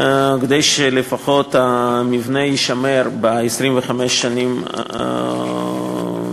כדי שלפחות המבנה יישמר ב-25 השנים הבאות.